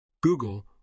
Google